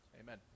Amen